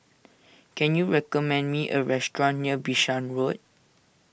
can you recommend me a restaurant near Bishan Road